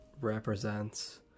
represents